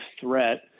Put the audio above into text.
threat